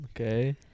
okay